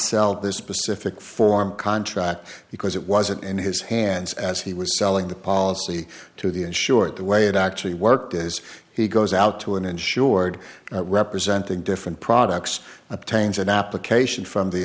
sell this specific form contract because it wasn't in his hands as he was selling the policy to the insured the way it actually worked is he goes out to an insured representing different products obtains an application from the